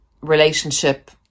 relationship